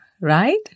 right